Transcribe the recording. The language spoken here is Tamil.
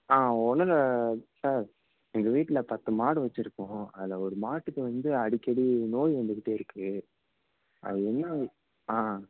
ஆ ஒன்றும் இல்லை சார் எங்கள் வீட்டில் பத்து மாடு வச்சுருக்கோம் அதுல ஒரு மாட்டுக்கு வந்து அடிக்கடி நோய் வந்துக்கிட்டே இருக்குது அது என்ன ஆ